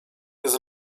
jest